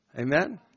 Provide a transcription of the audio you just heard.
Amen